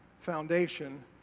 foundation